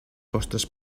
vostres